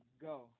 go